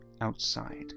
outside